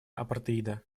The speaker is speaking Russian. апартеида